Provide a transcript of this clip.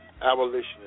abolitionist